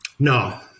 No